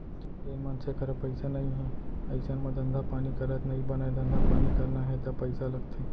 जेन मनसे करा पइसा नइ हे अइसन म धंधा पानी करत नइ बनय धंधा पानी करना हे ता पइसा लगथे